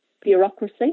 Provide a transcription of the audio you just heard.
bureaucracy